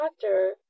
doctor